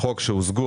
חוק שמוזגו,